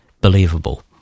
believable